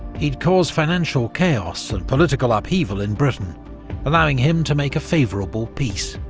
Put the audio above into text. he'd cause financial chaos and political upheaval in britain allowing him to make a favourable peace.